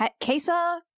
Casa